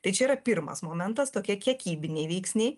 tai čia yra pirmas momentas tokie kiekybiniai veiksniai